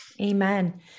Amen